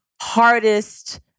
hardest